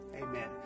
Amen